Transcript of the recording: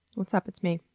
what's up? it's me.